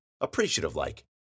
appreciative-like